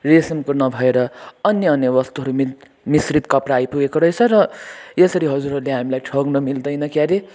रेसमको नभएर अन्य अन्य वस्तुहरू मिश्रित कपडा आइपुगेको रहेछ र यसरी हजुरहरूले हामीलाई ठग्न मिल्दैन क्यारे